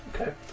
Okay